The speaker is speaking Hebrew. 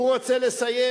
הוא רוצה לסיים,